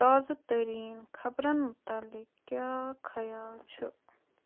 تازٕ تٔریٖن خَبرن مُتعلق کیٛاہ خیال چھُ